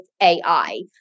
AI